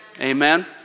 Amen